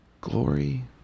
glory